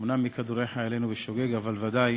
אומנם מכדורי חיילינו בשוגג, אבל ודאי